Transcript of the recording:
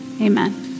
Amen